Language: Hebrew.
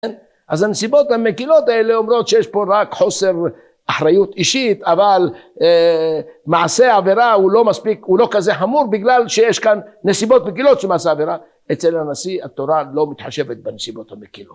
אז הנסיבות המקילות האלה אומרות שיש פה רק חוסר אחריות אישית אבל מעשה עבירה הוא לא מספיק הוא לא כזה חמור בגלל שיש כאן נסיבות מקילות למעשה עבירה אצל הנשיא התורה לא מתחשבת בנסיבות המקילות